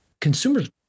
consumers